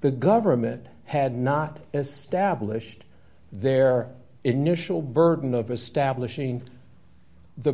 the government had not as stablished their initial burden of establishing the